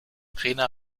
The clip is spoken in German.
rena